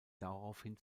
daraufhin